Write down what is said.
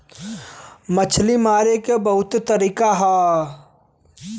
मछरी मारे के बहुते तरीका हौ